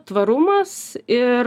tvarumas ir